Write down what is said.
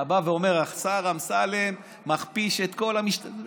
אתה בא ואומר: השר אמסלם מכפיש את כל המשטרה.